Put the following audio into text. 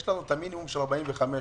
יש לנו מינימום של 45 יום.